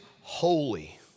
holy